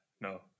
No